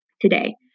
today